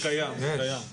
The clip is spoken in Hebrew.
זה קיים.